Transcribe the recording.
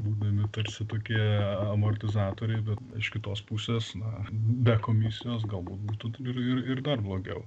būdami tarsi tokie amortizatoriai bet iš kitos pusės na be komisijos galbūt būtų ir ir dar blogiau